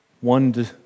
one